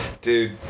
Dude